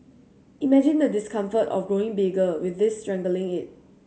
imagine the discomfort of growing bigger with this strangling it